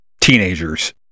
teenagers